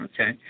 Okay